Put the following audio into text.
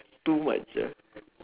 too much ah